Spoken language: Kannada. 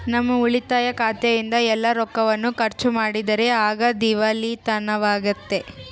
ನಮ್ಮ ಉಳಿತಾಯ ಖಾತೆಯಿಂದ ಎಲ್ಲ ರೊಕ್ಕವನ್ನು ಖರ್ಚು ಮಾಡಿದರೆ ಆಗ ದಿವಾಳಿತನವಾಗ್ತತೆ